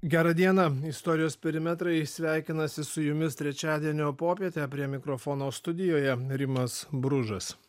gerą dieną istorijos perimetrai sveikinasi su jumis trečiadienio popietę prie mikrofono studijoje rimas bružas